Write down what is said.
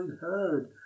heard